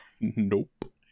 Nope